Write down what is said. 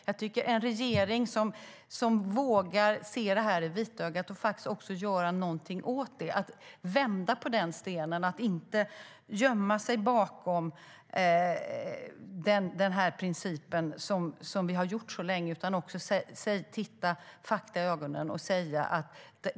Jag vill se en regering som vågar se detta i vitögat och göra något åt det - att vända på den stenen och inte gömma sig bakom principen, som vi har gjort så länge, utan se fakta i ögonen.